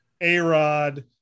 a-rod